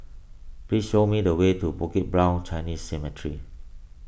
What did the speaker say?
please show me the way to Bukit Brown Chinese Cemetery